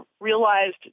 realized